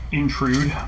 intrude